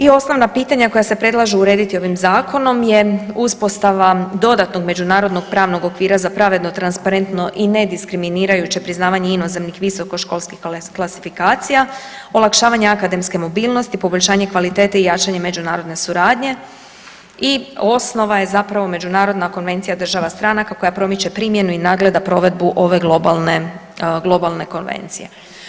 I osnovna pitanja koja se predlažu urediti ovim zakonom je uspostava dodatnog međunarodnog pravnog okvira za pravedno, transparentno i ne diskriminirajuće priznavanje inozemnih visokoškolskih klasifikacija, olakšavanje akademske mobilnosti, poboljšanje kvalitete i jačanje međunarodne suradnje i osnova je zapravo Međunarodna konvencija država stranaka koja promiče primjenu i nadgleda provedbu ove globalne konvencije.